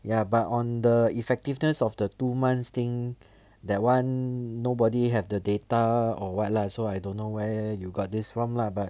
ya but on the effectiveness of the two months thing that one nobody have the data or what lah so I don't know where you got this from lah but